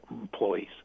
employees